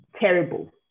terrible